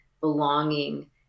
belonging